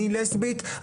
אני לסבית,